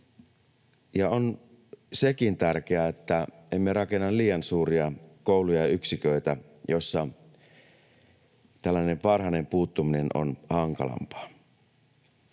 on sekin tärkeää, että emme rakenna liian suuria kouluja ja yksiköitä, joissa tällainen varhainen puuttuminen on hankalampaa.